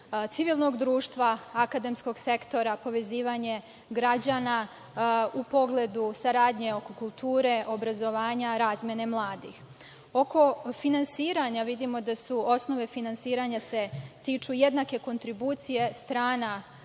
civilnog društva, akademskog sektora, povezivanje građana u pogledu saradnje kulture, obrazovanja, razmene mladih. Oko finansiranja vidimo da su osnove finansiranja tiču jednake kontribucije strana